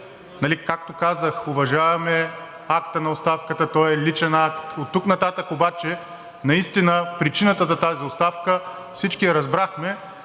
както казах, уважаваме акта на оставката, той е личен акт, оттук нататък обаче наистина причината за тази оставка всички я разбрахме.